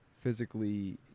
physically